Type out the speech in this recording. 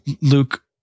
Luke